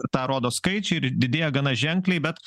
tą rodo skaičiai ir didėja gana ženkliai bet